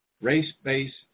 race-based